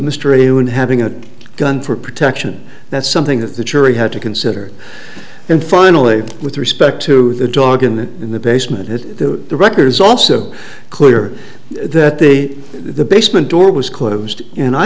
anyone having a gun for protection that's something that the jury had to consider and finally with respect to the dog and in the basement it records also clear that the the basement door was closed and i